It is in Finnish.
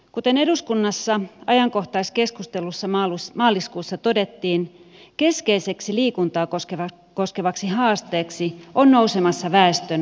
kuten eduskunnassa ajankohtaiskeskustelussa maaliskuussa todettiin keskeiseksi liikuntaa koskevaksi haasteeksi on nousemassa väestön kokonaisaktiivisuuden määrä